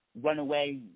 runaway